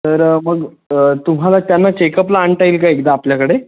तर मग तुम्हाला त्यांना चेकअपला आणता येईल का एकदा आपल्याकडे